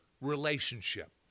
relationship